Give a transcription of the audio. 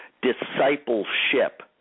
discipleship